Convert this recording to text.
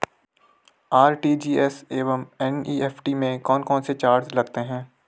RTGS एवं NEFT में कौन कौनसे चार्ज लगते हैं?